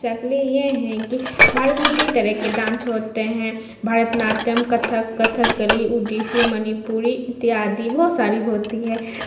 شکلیں یہ ہیں کہ بھارت میں کئی طرح کے ڈانس ہوتے ہیں Bharatanatyam Kathak Kathakali Odissi Manipuri اتیادی بہت ساری ہوتی ہے